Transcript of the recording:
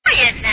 yes